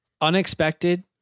unexpected